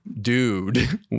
dude